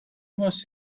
was